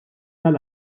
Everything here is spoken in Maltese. tal